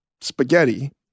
spaghetti